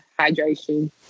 hydration